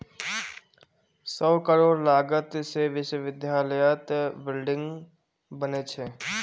सौ करोड़ लागत से विश्वविद्यालयत बिल्डिंग बने छे